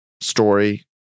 story